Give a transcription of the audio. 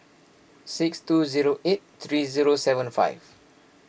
six two zero eight three zero seven five